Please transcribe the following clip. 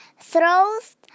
Throws